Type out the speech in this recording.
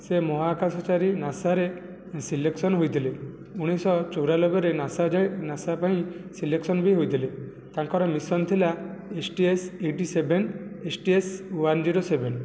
ସେ ମହାକାଶଚାରୀ ନାସାରେ ସିଲେକ୍ସନ ହୋଇଥିଲେ ଉଣେଇଶଶହ ଚଉରାନବେରେ ନାସା ଯାଇ ନାସା ପାଇଁ ସିଲେକ୍ସନ ବି ହୋଇଥିଲେ ତାଙ୍କର ମିଶନ ଥିଲା STS eighty seven STS one zero seven